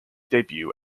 debut